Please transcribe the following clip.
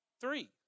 three